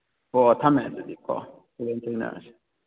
ꯍꯣ ꯊꯝꯃꯦ ꯑꯗꯨꯗꯤꯀꯣ ꯍꯣꯔꯦꯟ ꯊꯦꯡꯅꯔꯁꯤ